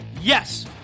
Yes